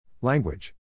Language